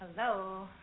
Hello